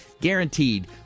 guaranteed